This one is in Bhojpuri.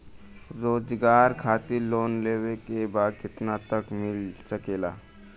रोजगार खातिर लोन लेवेके बा कितना तक मिल सकेला?